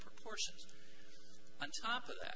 proportions on top of th